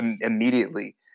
immediately